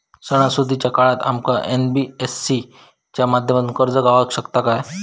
सणासुदीच्या वेळा आमका एन.बी.एफ.सी च्या माध्यमातून कर्ज गावात शकता काय?